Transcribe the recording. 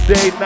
Day